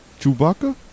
Chewbacca